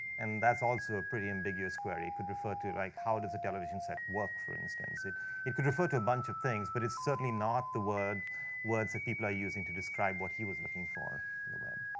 and that's also a pretty ambiguous query. it could refer to like, how does a television set work, for instance. it it could refer to a bunch of things, but it's certainly not the words words that people are using to describe what he was looking for in the web.